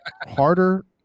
harder